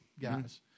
guys